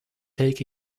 take